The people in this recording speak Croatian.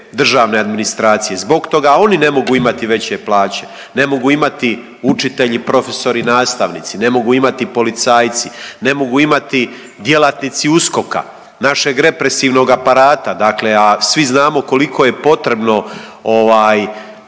državne administracije. Zbog toga oni ne mogu imati veće plaće. Ne mogu imati učitelji, profesori, nastavnici, ne mogu imati policajci. Ne mogu imati djelatnici USKOK-a, našeg represivnog aparata, dakle a svi znamo koliko je potrebno tu